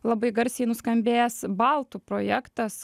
labai garsiai nuskambėjęs baltų projektas